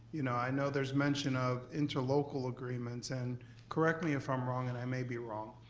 you know i know there's mention of interlocal agreements, and correct me if i'm wrong, and i may be wrong.